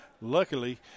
Luckily